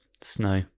snow